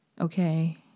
okay